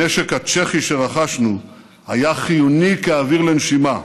הנשק הצ'כי שרכשנו היה חיוני כאוויר לנשימה: